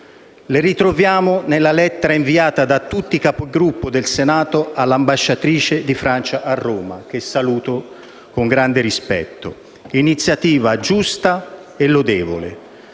Le ritroviamo nella lettera inviata da tutti i Capigruppo del Senato all'ambasciatrice di Francia a Roma, che saluto con grande rispetto: iniziativa giusta e lodevole.